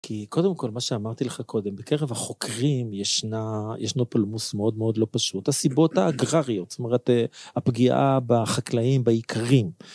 כי קודם כל מה שאמרתי לך קודם, בקרב החוקרים ישנו פלמוס מאוד מאוד לא פשוט, הסיבות האגרריות, זאת אומרת הפגיעה בחקלאים בעיקרים.